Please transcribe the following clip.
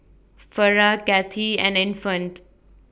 Farrah Cathie and Infant